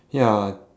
ya